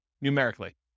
numerically